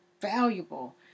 valuable